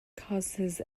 causes